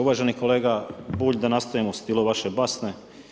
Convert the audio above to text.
Uvaženi kolega Bulj, da nastavim u stilu vaše basne.